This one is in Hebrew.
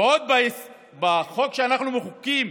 ועוד בחוק שאנחנו מחוקקים,